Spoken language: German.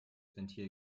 ventil